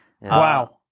wow